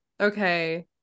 okay